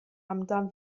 amdan